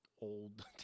Old